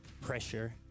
pressure